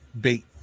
bait